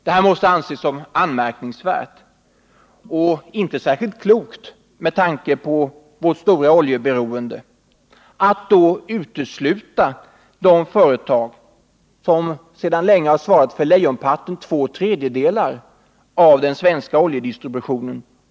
Det måste anses som anmärkningsvärt och inte särskilt klokt med tanke på vårt stora oljeberoende att utesluta de företag som sedan åtskilliga decennier svarat för lejonparten, dvs. två tredjedelar, av den svenska oljedistributionen.